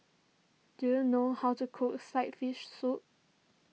do you know how to cook Sliced Fish Soup